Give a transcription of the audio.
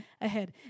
ahead